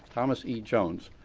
thomas e. jones,